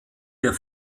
der